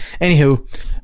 Anywho